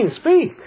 speak